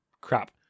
Crap